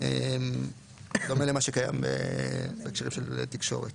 דומה למה שקיים בהקשר של תקשורת.